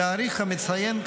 תאריך המציין,